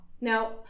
Now